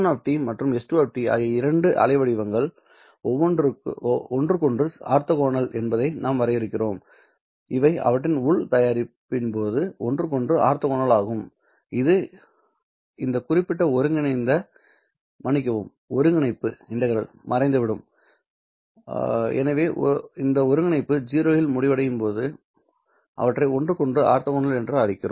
S1 மற்றும் s2 ஆகிய இரண்டு அலைவடிவங்கள் ஒன்றுக்கொன்று ஆர்த்தோகனல் என்பதையும் நாங்கள் வரையறுக்கிறோம் இவை அவற்றின் உள் தயாரிப்பின் போது ஒன்றுக்கொன்று ஆர்த்தோகனல் ஆகும் இது இந்த குறிப்பிட்ட ஒருங்கிணைந்த மன்னிக்கவும் ஒருங்கிணைப்பு மறைந்துவிடும் எனவே இந்த ஒருங்கிணைப்பு 0 இல் முடிவடையும் போது அவற்றை ஒன்றுக்கொன்று ஆர்த்தோகனல் என்று அழைக்கிறோம்